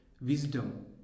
wisdom